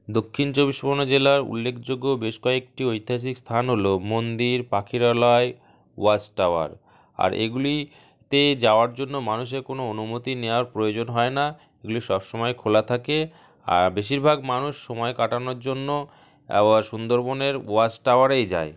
দক্ষিণ চব্বিশ পরগনা জেলার উল্লেখযোগ্য বেশ কয়েকটি ঐতিহাসিক স্থান হলো মন্দির পাখিরালয় ওয়াচ টাওয়ার আর এগুলিতে যাওয়ার জন্য মানুষের কোনো অনুমতি নেওয়ার প্রয়োজন হয় না এগুলি সবসময় খোলা থাকে আর বেশিরভাগ মানুষ সময় কাটানোর জন্য সুন্দরবনের ওয়াচ টাওয়ারেই যায়